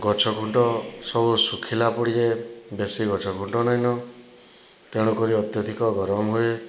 ଗଛ ଖୁଣ୍ଟ ସବୁ ଶୁଖିଲା ପଡ଼ିଯାଏ ବେଶୀ ଗଛ ଖୁଣ୍ଟ ନାଇନ ତେଣୁକରି ଅତ୍ୟଧିକ ଗରମ ହୁଏ